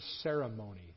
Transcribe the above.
ceremony